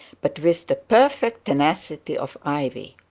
but with the perfect tenacity of ivy.